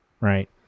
right